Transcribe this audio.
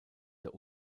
der